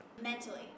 Mentally